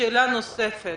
שאלה נוספת